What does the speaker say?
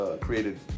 created